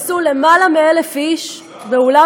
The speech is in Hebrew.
אתמול התכנסו למעלה מ-1,000 איש באולם